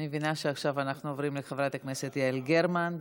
אני מבינה שעכשיו אנחנו עוברים לחברת הכנסת יעל גרמן.